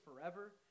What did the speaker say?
forever